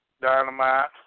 Dynamite